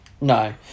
No